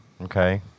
Okay